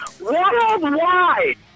worldwide